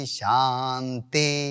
shanti